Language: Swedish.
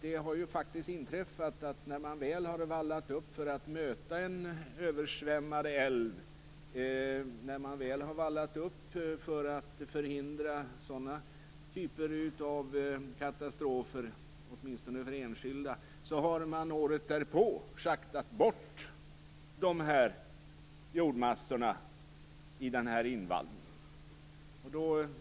Det har faktiskt inträffat att när man väl har vallat upp för att möta en översvämmad älv och förhindra det som enskilda människor upplever som katastrof, har man året därpå schaktat bort jordmassorna i en sådan invallning.